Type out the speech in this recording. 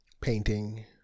painting